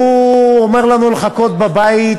הוא אומר לנו לחכות בבית,